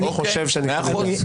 אני חושב שאני יודע.